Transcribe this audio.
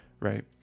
right